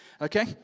okay